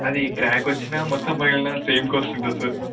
అది క్ర్యాకొచ్చినా మొత్తం పగిలినా సేమ్ కాస్ట్ ఉంటుంది సార్